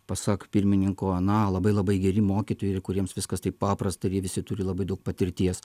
pasak pirmininko na labai labai geri mokytojai kuriems viskas taip paprasta ir jie visi turi labai daug patirties